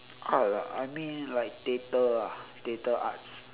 art ah I mean like theatre ah theatre arts